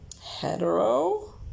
hetero